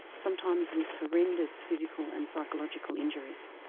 sometimes with horrendous physical and psychological injuries.